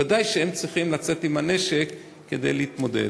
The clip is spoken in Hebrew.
ודאי שהם צריכים לצאת עם הנשק כדי להתמודד.